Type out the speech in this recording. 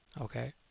Okay